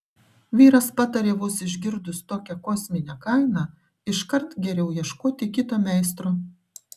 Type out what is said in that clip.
vyras patarė vos išgirdus tokią kosminę kainą iškart geriau ieškoti kito meistro